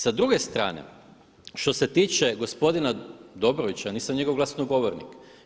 Sa druge strane što se tiče gospodina Dobrovića ja nisam njegov glasnogovornik.